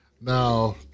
Now